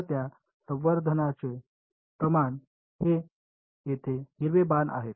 तर त्या संवर्धनाचे प्रमाण हे येथे हिरवे बाण आहे